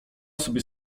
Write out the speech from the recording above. sobie